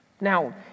Now